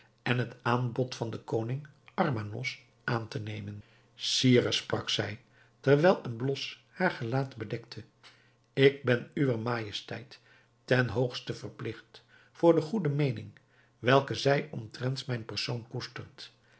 en het aanbod van den koning armanos aan te nemen sire sprak zij terwijl een blos haar gelaat bedekte ik ben uwer majesteit ten hoogste verpligt voor de goede meening welke zij omtrent mijn persoon koestert